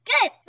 Good